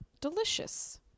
Delicious